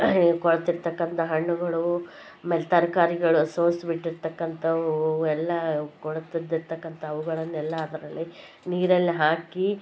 ಈ ಕೊಳೆತಿರ್ತಕ್ಕಂಥ ಹಣ್ಣುಗಳು ಆಮೇಲೆ ತರಕಾರಿಗಳು ಸೋಸಿಬಿಟ್ಟಿರ್ತಕ್ಕಂಥವು ಎಲ್ಲ ಕೊಳೆತಿದ್ದಿರ್ತಕ್ಕಂಥ ಅವುಗಳನ್ನೆಲ್ಲ ಅದರಲ್ಲಿ ನೀರಲ್ಲಿ ಹಾಕಿ